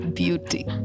beauty